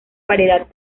variedad